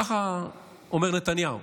ככה אומר נתניהו,